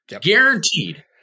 Guaranteed